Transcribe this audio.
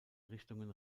richtungen